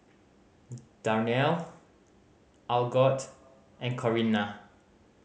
Darnell Algot and Corinna